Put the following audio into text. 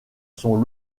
son